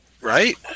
right